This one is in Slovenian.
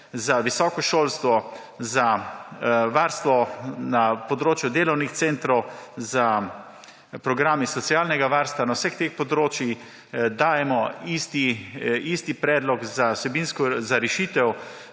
za visoko šolstvo, za področje delovnih centrov, za programe socialnega varstva. Na vseh teh področjih dajemo isti predlog za rešitev